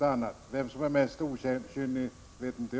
Jag vet inte vem som är mest okynnig.